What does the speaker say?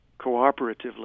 cooperatively